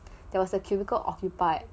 there was a cubicle occupied